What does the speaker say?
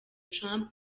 trump